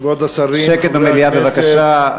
שקט במליאה בבקשה.